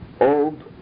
Old